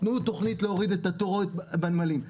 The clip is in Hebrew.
תנו תוכנית להוריד את התורות בנמלים.